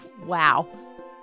wow